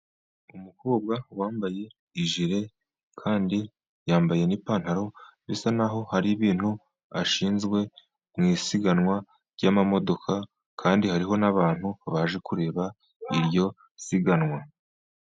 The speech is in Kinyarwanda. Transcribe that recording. Umukobwa wambaye jire kandi yambaye n'ipantaro, bisa naho hari ibintu ashinzwe mu isiganwa ry'amamodoka, kandi hariho n'abantu baje kureba iryo siganwa.